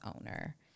owner